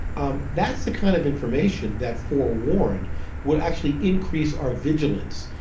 um that's the kind of information that forewarned will actually increase our vigilance.